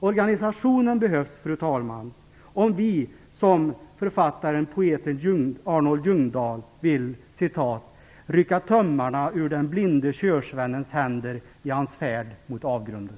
Organisationen behövs om vi, som författaren och poeten Arnold Ljungdahl, vill "rycka tömmarna ur den blinde körsvennens händer i hans färd mot avgrunden".